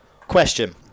question